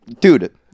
Dude